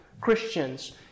Christians